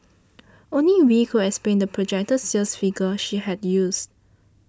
only Wee could explain the projected sales figure she had used